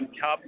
Cup